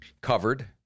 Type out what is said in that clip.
covered